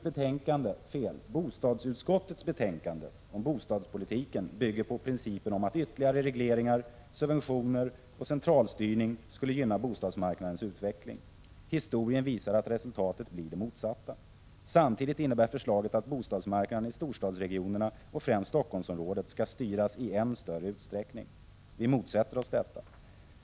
Bostadsutskottets betänkande om bostadspolitiken bygger på principen att ytterligare regleringar, subventioner och centralstyrning skulle gynna bostadsmarknadens utveckling. Historien visar att resultatet blir det motsatta. Samtidigt innebär förslaget att bostadsmarknaden i storstadsregionerna, främst i Stockholmsområdet, skall styras i än större utsträckning. Vi motsätter oss detta.